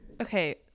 Okay